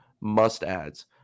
must-ads